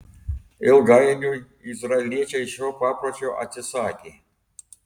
ilgainiui izraeliečiai šio papročio atsisakė